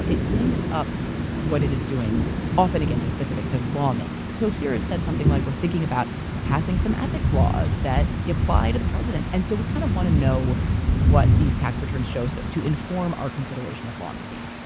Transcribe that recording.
it links up what it is doing often again to specific to law making. so here, it said something like, we're thinking about passing some ethics laws that apply to the president, and so we kind of want to know what these tax returns shows up so to inform our consideration of lawmaking.